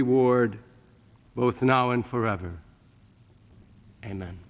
reward both now and forever and